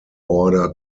order